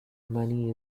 money